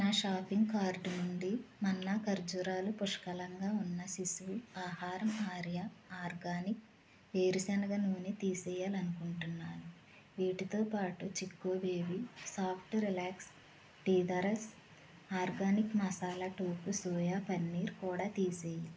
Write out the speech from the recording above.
నా shopping cart నుండి మన్నా ఖర్జూరాలు పుష్కలంగా ఉన్న శిశువు ఆహారం ఆర్యా ఆర్గానిక్ వేరుశనగ నూనె తీసేయాలని అనుకుంటున్నాను వీటితోబాటు Chicco baby soft relax teethers organic masala tofu soya paneer కూడా తీసేయి